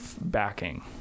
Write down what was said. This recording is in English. backing